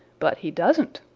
but he doesn't,